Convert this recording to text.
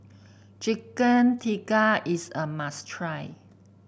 Chicken Tikka is a must try